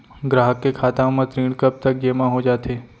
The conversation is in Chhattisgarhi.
ग्राहक के खाता म ऋण कब तक जेमा हो जाथे?